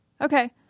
Okay